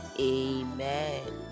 Amen